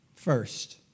First